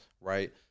right